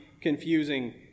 confusing